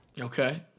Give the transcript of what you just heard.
Okay